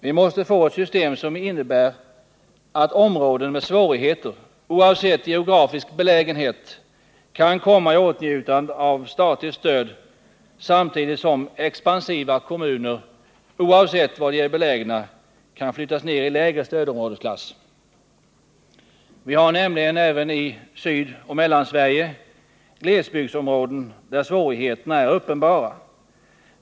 Vi måste få ett system som innebär att områden med svårigheter, oavsett geografisk belägenhet, kan komma i åtnjutande av statligt stöd samtidigt som expansiva kommuner, oavsett var de är belägna, kan flyttas ned i lägre stödområdesklass. Vi har även i Sydoch Mellansverige glesbygdsområden, där svårigheterna är uppenbara.